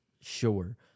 sure